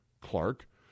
Clark